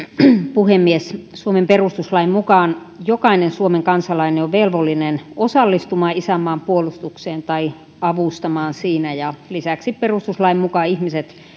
puhemies suomen perustuslain mukaan jokainen suomen kansalainen on velvollinen osallistumaan isänmaan puolustukseen tai avustamaan siinä ja lisäksi perustuslain mukaan ihmiset